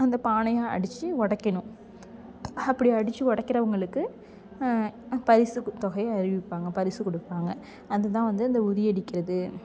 அந்த பானையை அடித்து உடைக்கணும் அப்படி அடித்து உடைக்கிறவங்களுக்கு பரிசு தொகை அறிவிப்பாங்க பரிசு கொடுப்பாங்க அது தான் வந்து இந்த உரி அடிக்கிறது